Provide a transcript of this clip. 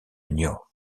niort